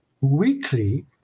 weekly